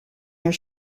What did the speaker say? your